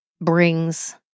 brings